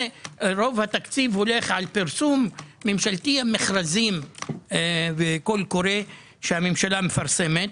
רוב התקציב הממשלתי הולך על מכרזים וקול קורא שהממשלה מפרסמת